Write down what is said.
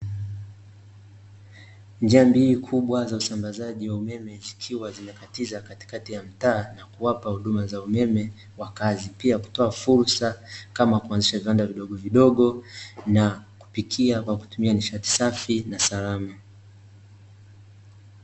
Njia mbili kubwa za usambazaji wa umeme, zikiwa zimekatiza katikati ya mtaa na kuwapa huduma za umeme wakazi. Pia kutoa fursa kama kuanzisha viwanda vidogo vidogo, na kupikia kwa kutumia nishati safi na salama.